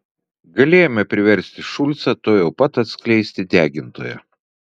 galėjome priversti šulcą tuojau pat atskleisti degintoją